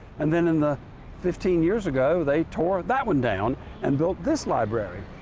and then in the fifteen years ago they tore that one down and built this library.